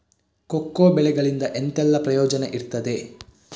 Cocoa ಬೆಳೆಗಳಿಂದ ಎಂತೆಲ್ಲ ಪ್ರಯೋಜನ ಇರ್ತದೆ?